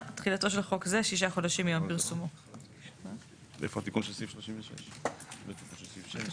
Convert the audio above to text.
יש הנושאים שלקראת הדיון הבא יש לתת עליהם